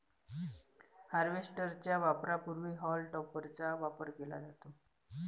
harvester च्या वापरापूर्वी हॉल टॉपरचा वापर केला जातो